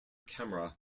camera